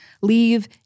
leave